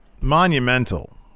Monumental